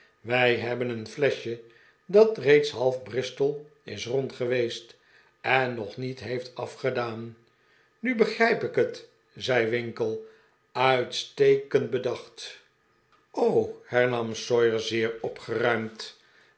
wij hebben een fleschje dat reeds half bristol is rond geweest en nog niet heeft afgedaan nu begrijp ik het zei winkle uitstekend bedacht hernam sawyer zeer opgeruimd